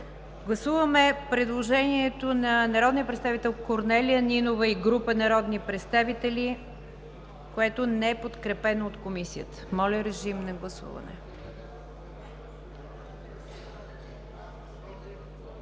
гласуване на предложението на народния представител Корнелия Нинова и група народни представители, което не се подкрепя от Комисията. Гласували